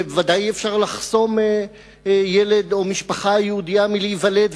וודאי אי-אפשר לחסום ילד או משפחה יהודייה מלהיוולד,